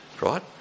right